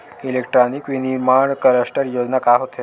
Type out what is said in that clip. Electronic विनीर्माण cluster योजना का होथे?